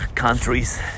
Countries